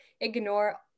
ignore